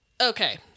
Okay